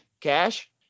Cash